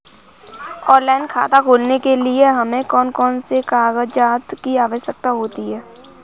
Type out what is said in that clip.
Online खाता खोलने के लिए हमें कौन कौन से कागजात की आवश्यकता होती है?